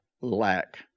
lack